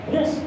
Yes